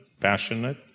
passionate